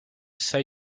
side